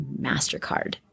MasterCard